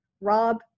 rob